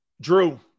Drew